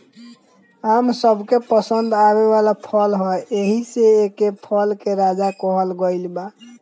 आम सबके पसंद आवे वाला फल ह एही से एके फल के राजा कहल गइल बा